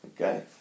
Okay